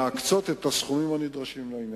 להקצות את הסכומים הנדרשים לזה.